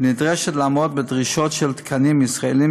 ונדרשת לעמוד בדרישות של תקנים ישראליים,